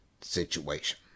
situation